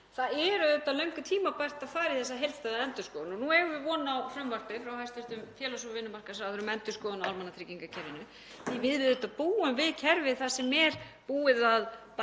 Það er auðvitað löngu tímabært að fara í þessa heildstæðu endurskoðun og nú eigum við von á frumvarpi frá hæstv. félags- og vinnumarkaðsráðherra um endurskoðun á almannatryggingakerfinu því að við búum við kerfi þar sem er búið að bæta